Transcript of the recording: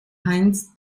heinz